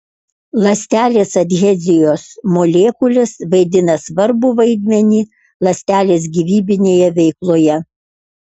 ląstelės adhezijos molekulės vaidina svarbų vaidmenį ląstelės gyvybinėje veikloje